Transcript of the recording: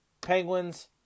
Penguins